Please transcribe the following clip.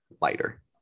lighter